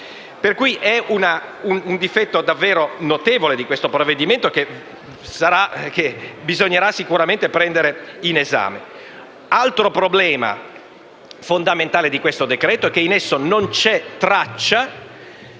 questo è un difetto davvero notevole del provvedimento in oggetto, che bisognerà sicuramente prendere in esame. Altro problema fondamentale di questo decreto-legge è che in esso non vi è traccia